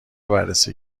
بررسی